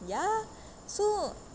ya so